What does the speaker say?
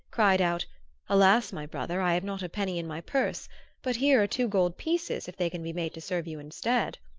cried out alas, my brother, i have not a penny in my purse but here are two gold pieces, if they can be made to serve you instead!